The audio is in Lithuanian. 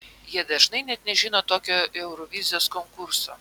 jie dažnai net nežino tokio eurovizijos konkurso